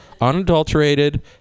unadulterated